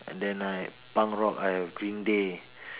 and then like punk rock I have green day